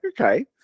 okay